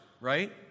right